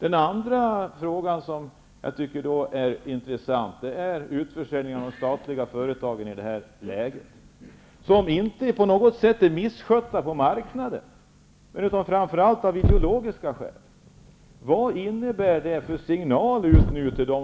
En annan fråga som verkligen är intressant gäller utförsäljningen av statliga företag. De är inte på något sätt misskötta på marknaden. Här är det fråga om ideologiska skäl. Vad innebär detta för signaler?